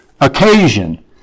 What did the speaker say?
occasion